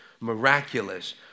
miraculous